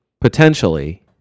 potentially